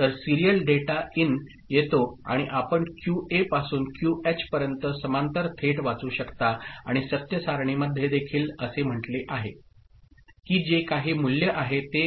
तर serial data in येतो आणि आपण QA पासून क्यूएच पर्यंत समांतर थेट वाचू शकता आणि सत्य सारणीमध्ये देखील असे म्हटले आहे की जे काही मूल्य आहे ते